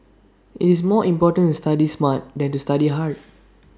IT is more important to study smart than to study hard